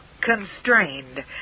constrained